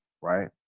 right